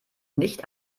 nicht